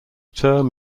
term